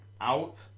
out